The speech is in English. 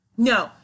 No